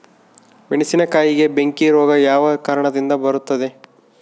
ಮೆಣಸಿನಕಾಯಿಗೆ ಬೆಂಕಿ ರೋಗ ಯಾವ ಕಾರಣದಿಂದ ಬರುತ್ತದೆ?